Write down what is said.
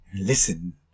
listen